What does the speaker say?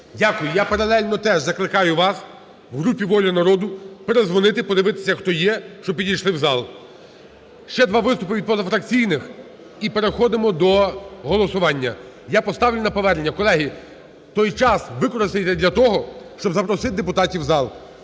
Дякую. Я паралельно теж закликаю вас в групі "Воля народу" передзвонити, подивитися, хто є, щоб підійшли в зал. Ще два виступи від позафракційних і переходимо до голосування. Я поставлю на повернення, колеги, той час використати для того, щоб запросити депутатів в зал.